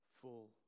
full